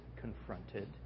confronted